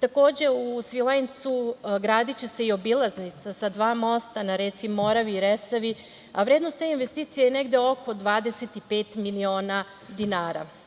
Takođe u Svilajncu gradiće se i obilaznica sa dva mosta na reci Moravi i Resavi, a vrednost te investicije je negde oko 25 miliona dinara.U